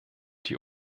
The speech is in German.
die